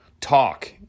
talk